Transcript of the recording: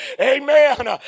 amen